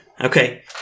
Okay